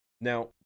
Now